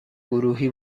گروهی